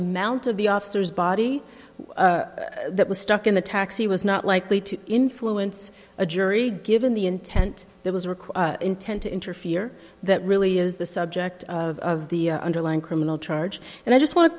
amount of the officers body that was struck in the taxi was not likely to influence a jury given the intent there was requests intent to interfere that really is the subject of the underlying criminal charge and i just wa